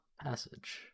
passage